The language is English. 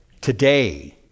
today